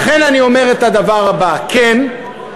לכן אני אומר את הדבר הבא: כן,